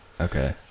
okay